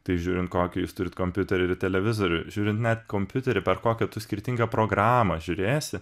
tai žiūrint kokį jūs turit kompiuterį televizorių žiūrint net kompiuterį per kokią tu skirtingą programą žiūrėsi